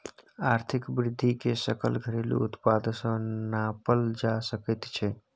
आर्थिक वृद्धिकेँ सकल घरेलू उत्पाद सँ नापल जा सकैत छै